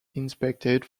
inspected